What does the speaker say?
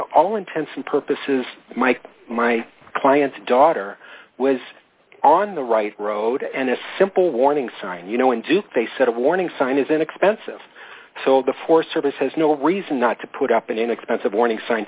all intents and purposes my my client's daughter was on the right road and a simple warning sign you know when do they set a warning sign is inexpensive so the forest service has no reason not to put up an inexpensive warning sign